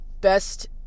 best